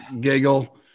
giggle